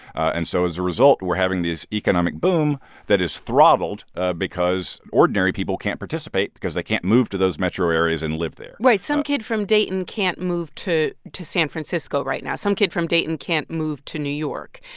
and so as a result, we're having this economic boom that is throttled because ordinary people can't participate because they can't move to those metro areas and live there right. some kid from dayton can't move to to san francisco right now. some kid from dayton can't move to new york.